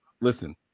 listen